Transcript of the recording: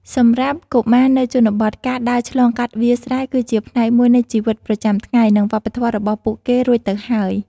សម្រាប់កុមារនៅជនបទ ការដើរឆ្លងកាត់វាលស្រែគឺជាផ្នែកមួយនៃជីវិតប្រចាំថ្ងៃ និងវប្បធម៌របស់ពួកគេរួចទៅហើយ។